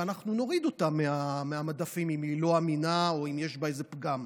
ואנחנו נוריד אותה מהמדפים אם היא לא אמינה או אם יש בה איזה פגם.